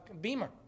beamer